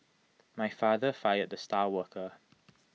my father fired the star worker